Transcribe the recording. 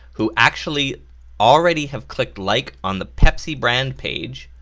who actually already have clicked like on the pepsi brand page,